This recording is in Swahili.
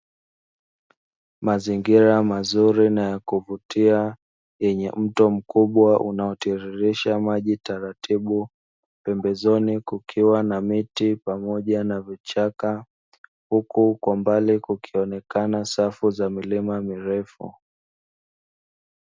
Mazingira mazuri na ya kuvutia yenye mto mkubwa unaotiririsha maji taratibu, pembezoni kukiwa na miti pamoja na vichaka huku kwa mbali kukionekana safu za milima mirefu.